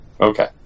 Okay